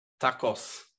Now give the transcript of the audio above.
Tacos